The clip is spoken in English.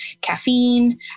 caffeine